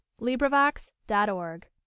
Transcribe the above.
LibriVox.org